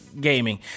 gaming